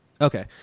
Okay